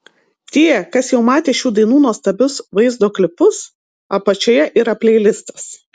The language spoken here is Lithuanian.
tie kas jau matė šių dainų nuostabius vaizdo klipus apačioje yra pleilistas